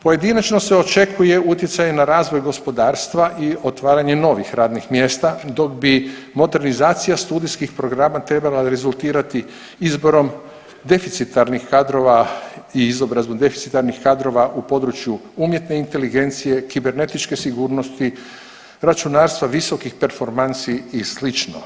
Pojedinačno se očekuje utjecaj na razvoj gospodarstva i otvaranje novih radnih mjesta dok bi modernizacija studijskih programa trebala rezultirati izborom deficitarnih kadrova i izborom deficitarnih kadrova u području umjetne inteligencije, kibernetičke sigurnosti, računarstva visokih performansi i sl.